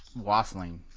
waffling